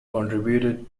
contributed